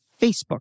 Facebook